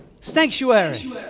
sanctuary